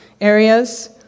areas